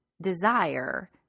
desire